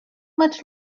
much